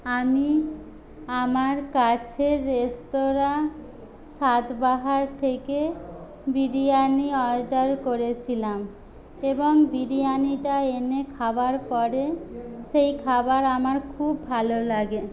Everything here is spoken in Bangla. আমি আমার কাছের রেস্তরাঁ স্বাদবাহার থেকে বিরিয়ানি অর্ডার করেছিলাম এবং বিরিয়ানিটা এনে খাওয়ার পরে সেই খাবার আমার খুব ভালো লাগে